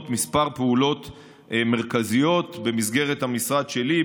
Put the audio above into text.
כמה פעולות מרכזיות במסגרת המשרד שלי,